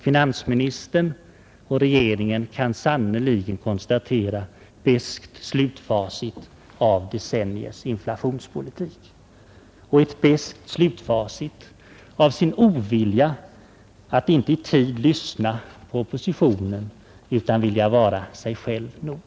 Finansministern och regeringen kan sannerligen konstatera beskt slutfacit av decenniers inflationspolitik. Och ett beskt slutfacit av sin ovilja att i tid lyssna på oppositionen och av sin Önskan att vilja vara sig själv nog.